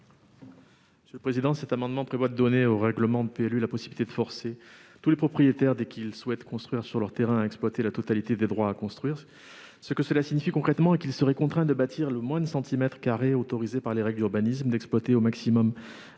économiques ? Cet amendement vise à donner au règlement des PLU la possibilité de forcer tous les propriétaires, dès qu'ils souhaitent construire sur leur terrain, à exploiter la totalité des droits à construire. Cela signifie concrètement qu'ils seraient contraints de bâtir le moindre centimètre carré autorisé par les règles d'urbanisme ou d'exploiter au maximum la hauteur autorisée, par